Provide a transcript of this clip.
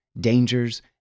dangers